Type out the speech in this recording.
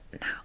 now